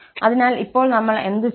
അതിനാൽ ഇപ്പോൾ നമ്മൾ എന്തു ചെയ്യും